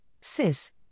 Sis